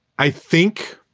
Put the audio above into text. i think.